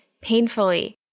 painfully